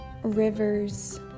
rivers